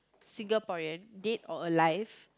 Singaporean dead or alive